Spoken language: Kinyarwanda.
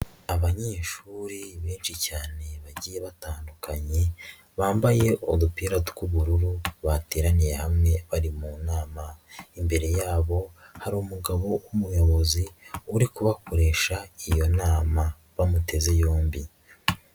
Abanyeshuri benshi cyane bagiye batandukanye bambaye udupira tw'ubururu bateraniye hamwe bari mu nama, imbere yabo hari umugabo w'umuyobozi uri kubakoresha iyo nama bamuteze yombi.